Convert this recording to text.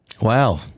Wow